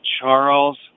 Charles